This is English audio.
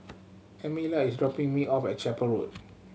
Emilia is dropping me off at Chapel Road